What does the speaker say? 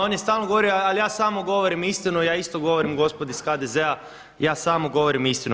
On je stalno govorio al ja samo govorim istinu, ja isto govorim gospodi iz HDZ-a ja samo govorim istinu.